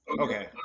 Okay